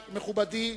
מכובדי,